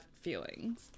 feelings